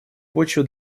почву